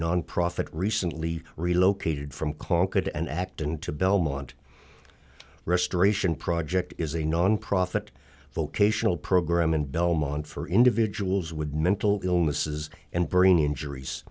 nonprofit recently relocated from concord and acton to belmont restoration project is a nonprofit vocational program in belmont for individuals would mental illnesses and brain injuries